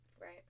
Right